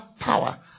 power